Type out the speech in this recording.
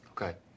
Okay